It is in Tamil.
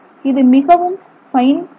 இது மிகவும் பைன் துகள்